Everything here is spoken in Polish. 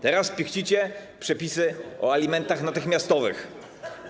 Teraz pichcicie przepisy o alimentach natychmiastowych,